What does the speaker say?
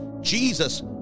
Jesus